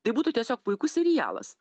tai būtų tiesiog puikus serialas